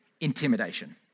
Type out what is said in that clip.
intimidation